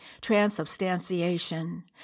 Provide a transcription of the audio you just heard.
transubstantiation